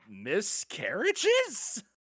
miscarriages